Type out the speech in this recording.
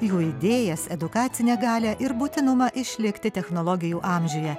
jų idėjas edukacinę galią ir būtinumą išlikti technologijų amžiuje